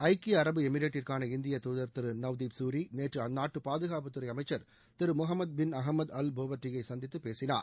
ஐக்கிய அரபு எமிரேட்டிற்கான இந்திய தூதர் திரு நவ்திப் சூரி நேற்று அந்நாட்டு பாதுகாப்புத்துறை அமைச்சர் திரு முகமது பின் அகமது அல் போவர்டியை சந்தித்து பேசினார்